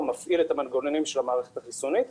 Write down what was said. הוא מפעיל את המנגנונים של המערכת החיסונית,